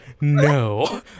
No